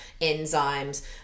enzymes